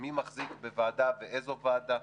מי מחזיק בוועדה ואיזו ועדה,